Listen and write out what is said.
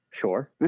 Sure